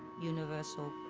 universal.